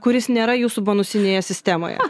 kuris nėra jūsų bonusinėje sistemoje